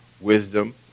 wisdom